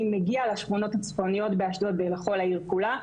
מגיע לשכונות הצפוניות באשדוד ולכל העיר כולה.